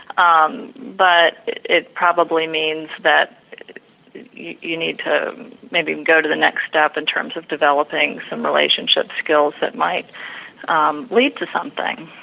um but it it probably means that you need to maybe go to the next step in terms of developing some relationship skills that might um lead to something